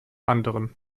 anderen